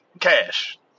cash